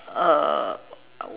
uh